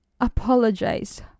Apologize